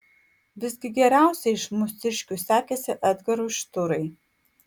visgi geriausiai iš mūsiškių sekėsi edgarui šturai